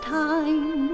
time